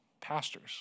pastors